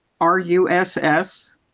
R-U-S-S